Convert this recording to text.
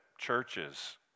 Churches